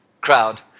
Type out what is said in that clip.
crowd